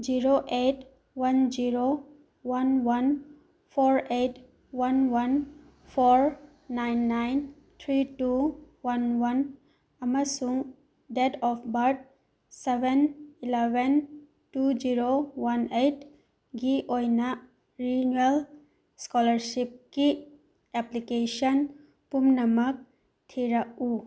zero eight one zero one one four eight one one four nine nine three two one one ꯑꯃꯁꯨꯡ date of birth seven eleven two zero one ꯑꯩꯠꯒꯤ ꯑꯣꯏꯅ renewal ꯏꯁꯀꯣꯂꯔꯁꯤꯞꯀꯤ application ꯄꯨꯝꯅꯃꯛ ꯊꯤꯔꯛꯎ